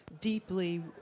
deeply